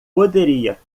poderia